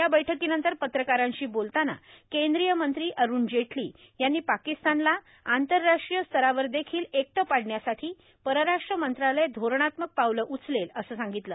या बैठकीनंतर पत्रकारांशी बोलताना केंद्रीय मंत्री अरूण जेटली यांनी पाकिस्तानला आंतरराष्ट्रीय स्तरावर देखिल एकटं पाडण्यासाठी परराष्ट्र मंत्रालय धोरणात्मक पावलं उचलेल असं सांगितलं